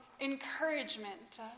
encouragement